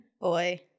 Boy